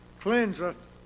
cleanseth